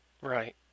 Right